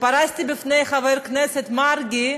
כשפרסתי לפני חבר הכנסת מרגי,